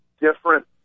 different